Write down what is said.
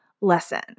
lesson